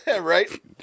Right